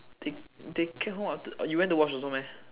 they they cab home after uh you went to watch also meh